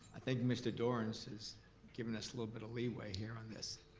i think mr. dorans has given us a little bit of leeway here on this.